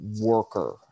worker